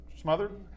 Smothered